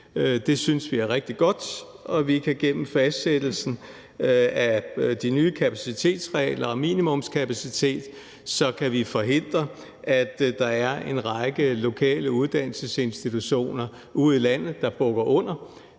Det synes vi er rigtig godt, og gennem fastsættelsen af de nye kapacitetsregler om minimumskapacitet kan vi forhindre, at der er en række lokale uddannelsesinstitutioner ude i landet, der bukker under.